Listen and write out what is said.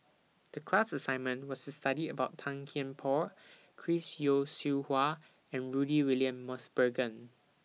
The class assignment was The study about Tan Kian Por Chris Yeo Siew Hua and Rudy William Mosbergen